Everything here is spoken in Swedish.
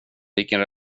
vilken